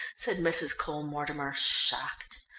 said mrs. cole-mortimer, shocked.